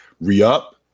re-up